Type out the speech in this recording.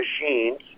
machines